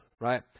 right